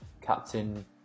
Captain